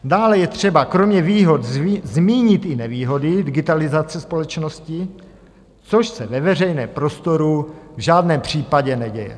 Dále je třeba kromě výhod zmínit i nevýhody digitalizace společnosti, což se ve veřejném prostoru v žádném případě neděje.